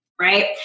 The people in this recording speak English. right